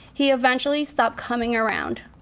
he eventually stopped coming around.